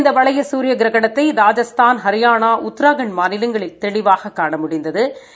இந்த வளைய சூரிய கிரகணம் ராஜஸ்தான் ஹரியானா உத்ரகாண்ட் மாநிலங்களில் தெளிவாக காண முடிந்த்து